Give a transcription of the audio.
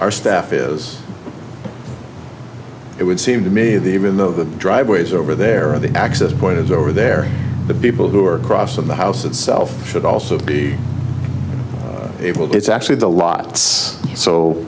our staff is it would seem to me that even though the driveways over there on the access point is over there the people who are crossing the house itself should also be able to it's actually the lots so